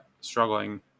struggling